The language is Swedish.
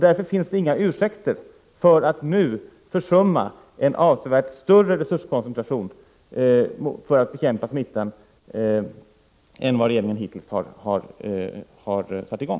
Därför finns det ingen ursäkt för att nu dröja med en avsevärt större resurskoncentration i syfte att bekämpa smittan än vad regeringen hittills har satt in.